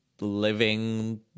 living